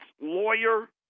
lawyer